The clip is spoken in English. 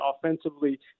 offensively